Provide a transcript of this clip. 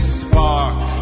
spark